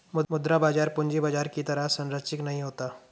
मुद्रा बाजार पूंजी बाजार की तरह सरंचिक नहीं होता